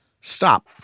stop